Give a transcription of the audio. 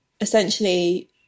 essentially